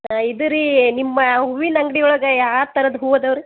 ಹಾಂ ಇದು ರೀ ನಿಮ್ಮ ಹೂವಿನ ಅಂಡ್ಗಿಯೊಳಗೆ ಯಾವ ಯಾವ ಥರದ ಹೂವು ಇದಾವೆ ರೀ